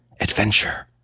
Adventure